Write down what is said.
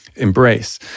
embrace